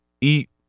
eat